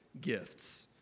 gifts